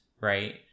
Right